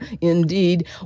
indeed